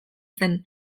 zen